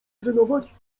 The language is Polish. trenować